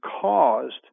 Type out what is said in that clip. caused